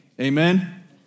Amen